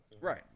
Right